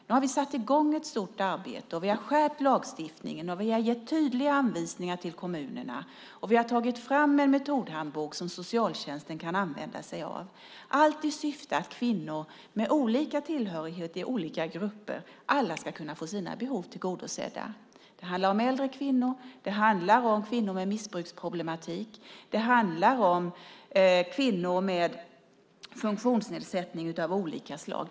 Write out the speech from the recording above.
Nu har vi satt i gång ett stort arbete, skärpt lagstiftningen, gett tydliga anvisningar till kommunerna och tagit fram en metodhandbok som socialtjänsten kan använda sig av, allt i syfte att kvinnor med olika tillhörighet i olika grupper alla ska kunna få sina behov tillgodosedda. Det handlar om äldre kvinnor, kvinnor med missbruksproblematik och kvinnor med funktionsnedsättning av olika slag.